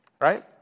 Right